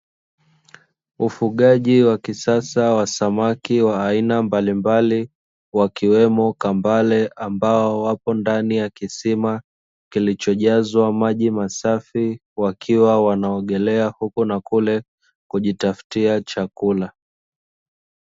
Ufugaji wa kisasa wa samaki wa aina mbalimbali, wakiwemo kambale; ambao wapo ndani ya kisima kilichojazwa maji masafi, wakiwa wanaogelea huko na kule kujitafutia chakula.